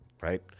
right